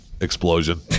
explosion